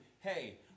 Hey